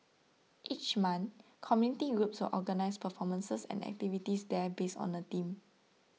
each month community groups will organise performances and activities there based on a theme